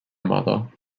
mother